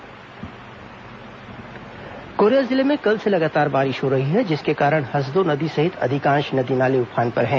Korea Raigarh बारिश कोरिया जिले में कल से लगातार बारिश हो रही है जिसके कारण हसदो नदी सहित अधिकांश नदी नाले उफान पर हैं